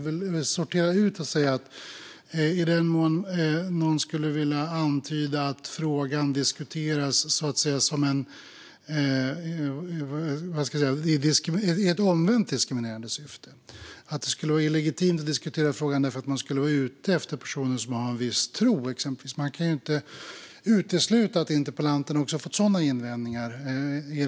Någon kanske vill antyda att frågan diskuteras i ett omvänt diskriminerande syfte, att det skulle vara illegitimt att diskutera frågan därför att man då skulle vara ute efter personer som exempelvis har en viss tro - jag kan ju inte utesluta att interpellanten har stött på också sådana invändningar.